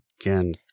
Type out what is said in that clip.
again